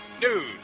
news